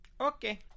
Okay